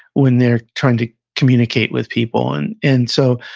when they're trying to communicate with people. and and so,